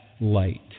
light